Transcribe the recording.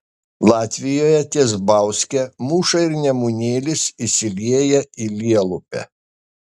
latvijoje ties bauske mūša ir nemunėlis įsilieja į lielupę